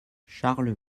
charles